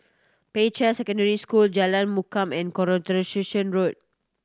Peicai Secondary School Jalan and Road